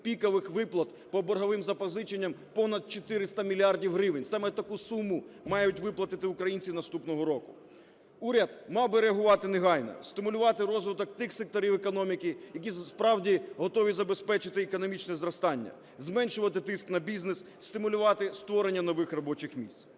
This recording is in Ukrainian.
пікових виплат по борговим запозиченням. Понад 400 мільярдів гривень – саме таку суму мають виплатити українці наступного року. Уряд мав би реагувати негайно, стимулювати розвиток тих секторів економіки, які справді готові забезпечити економічне зростання, зменшувати тиск на бізнес, стимулювати створення нових робочих місць.